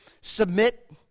submit